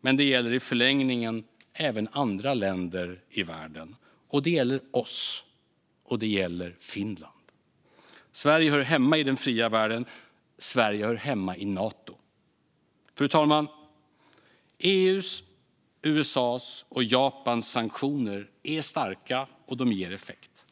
men det gäller i förlängningen även andra länder i världen. Det gäller oss, och det gäller Finland. Sverige hör hemma i den fria världen, och Sverige hör hemma i Nato. Fru talman! EU:s, USA:s och Japans sanktioner är starka, och de ger effekt.